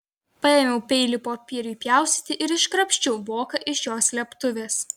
paėmiau peilį popieriui pjaustyti ir iškrapščiau voką iš jo slėptuvės